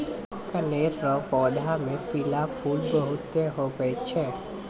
कनेर रो पौधा मे पीला फूल बहुते हुवै छै